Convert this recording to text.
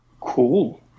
Cool